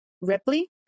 Ripley